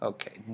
Okay